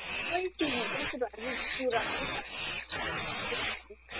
ꯑꯩꯈꯣꯏ ꯀ꯭ꯂꯤꯅꯤꯛꯇ ꯄꯨꯔꯛꯑꯒ